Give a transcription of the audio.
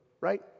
right